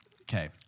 Okay